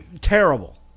Terrible